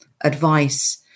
advice